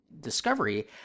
Discovery